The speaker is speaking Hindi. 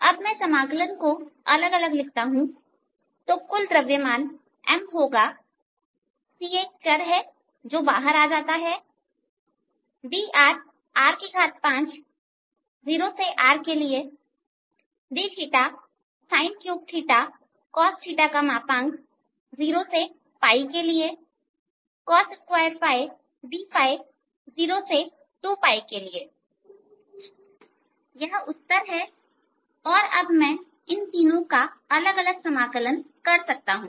अब मैं समाकलन को अलग अलग लिखता हूं तो कुल द्रव्यमान m होगा C एक चर है जो बाहर आ जाता है 0R dr r50 dθ sin3 cos 02 cos2 dϕयह उत्तर है अब मैं इन तीनों का अलग अलग समाकलन कर सकता हूं